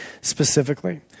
specifically